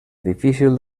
difícil